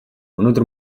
өнөөдөр